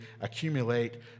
accumulate